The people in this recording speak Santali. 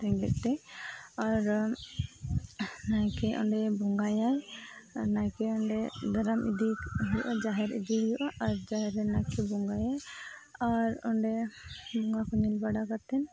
ᱨᱮᱸᱜᱮᱡ ᱛᱮ ᱟᱨ ᱱᱟᱭᱠᱮ ᱚᱸᱰᱮ ᱵᱚᱸᱜᱟᱭᱟᱭ ᱱᱟᱭᱠᱮ ᱚᱸᱰᱮ ᱫᱟᱨᱟᱢ ᱤᱫᱤ ᱦᱩᱭᱩᱜᱼᱟ ᱡᱟᱦᱮᱨ ᱤᱫᱤ ᱦᱩᱭᱩᱜᱼᱟ ᱟᱨ ᱡᱟᱦᱮᱨ ᱨᱮ ᱱᱟᱭᱠᱮ ᱵᱚᱸᱜᱟᱭᱟᱭ ᱟᱨ ᱚᱸᱰᱮ ᱵᱚᱸᱜᱟ ᱠᱚ ᱧᱮᱞ ᱵᱟᱲᱟ ᱠᱟᱛᱮᱫ